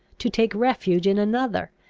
to take refuge in another,